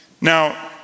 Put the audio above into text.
Now